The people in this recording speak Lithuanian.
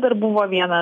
dar buvo viena